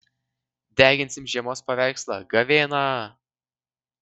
deginsim žiemos paveikslą gavėną